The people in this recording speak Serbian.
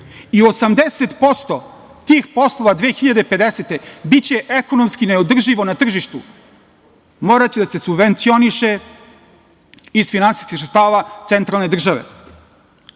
i 80% tih poslova 2050. godine biće ekonomski neodrživo na tržištu, moraće da se subvencioniše iz finansijskih sredstava centralne države.